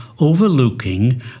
overlooking